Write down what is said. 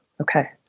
Okay